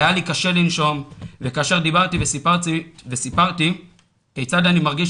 היה לי קשה לנשום וכאשר דיברתי וסיפרתי כיצד אני מרגיש,